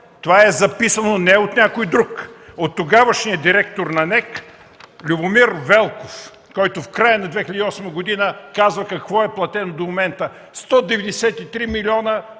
Това е записано не от някой друг, а от тогавашния директор на НЕК Любомир Велков, който в края на 2008 г. казва какво е платено до момента – 193 милиона